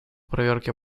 проверке